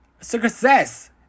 success